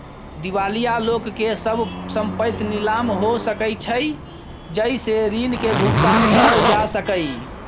दिवालिया लोक के सब संपइत नीलाम हो सकइ छइ जइ से ऋण के भुगतान करल जा सकइ